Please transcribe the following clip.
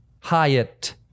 Hyatt